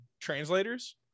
translators